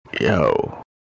yo